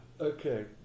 Okay